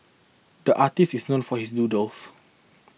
the artist is known for his doodles